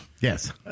Yes